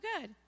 good